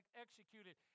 executed